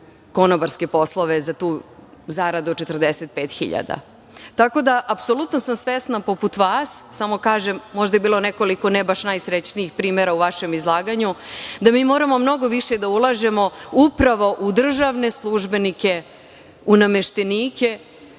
konobarske poslove za tu zaradu od 45 hiljada. Apsolutno sam svesna, poput vas, samo kažem, možda je bilo nekoliko ne baš najsrećnijih primera u vašem izlaganju, da mi moramo mnogo više da ulažemo upravo u državne službenike, u nameštenike.